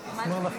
מה נראה לך